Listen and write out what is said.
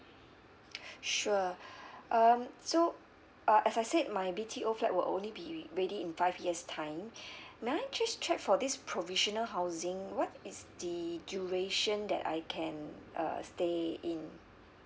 sure um so uh as I said my B_T_O flat will only be ready in five years' time may I just check for this provisional housing what is the duration that I can uh stay in